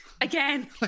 again